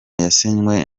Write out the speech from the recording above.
yasinywe